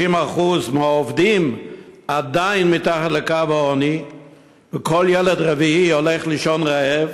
50% מהעובדים עדיין מתחת לקו העוני וכל ילד רביעי הולך לישון רעב,